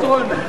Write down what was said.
אלקטרונית.